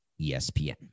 ESPN